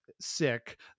sick